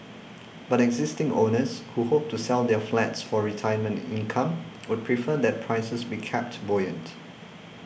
but existing owners who hope to sell their flats for retirement income would prefer that prices be kept buoyant